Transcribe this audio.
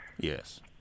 Yes